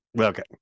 okay